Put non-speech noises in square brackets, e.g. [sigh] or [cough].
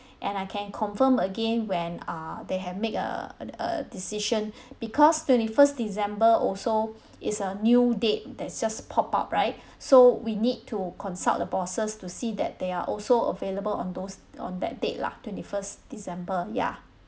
[breath] and I can confirm again when uh they have made a d~ a decision [breath] because twenty first december also [breath] is a new date that's just pop up right [breath] so we need to consult the bosses to see that they are also available on those on that date lah twenty first december ya